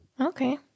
okay